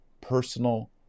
personal